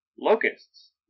Locusts